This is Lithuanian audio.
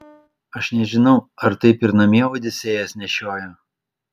aš nežinau ar taip ir namie odisėjas nešiojo